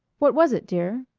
what was it, dear?